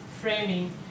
framing